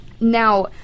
Now